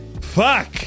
Fuck